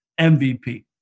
MVP